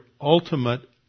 ultimate